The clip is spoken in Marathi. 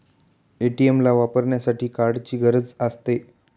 ए.टी.एम ला वापरण्यासाठी कार्डची गरज असते